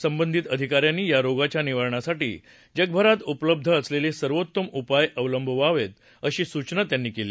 संबंधित अधिकाऱ्यांनी या रोगाच्या निवारणासाठी जगभरात उपलब्ध असलेले सर्वोत्तम उपाय अवलंबावेत अशी सूचना त्यांनी केली